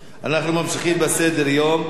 אנחנו ממשיכים בסדר-היום,